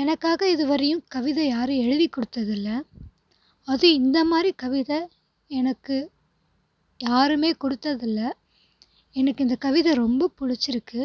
எனக்காக இதுவரையும் கவிதை யாரும் எழுதி கொடுத்தது இல்லை அதுவும் இந்த மாதிரி கவிதை எனக்கு யாருமே கொடுத்தது இல்லை எனக்கு இந்த கவிதை ரொம்ப பிடிச்சிருக்கு